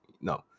No